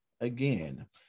again